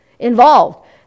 involved